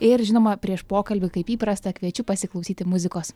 ir žinoma prieš pokalbį kaip įprasta kviečiu pasiklausyti muzikos